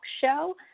show